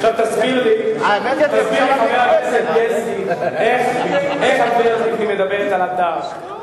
תסביר לי, איך הגברת לבני מדברת על "הדר".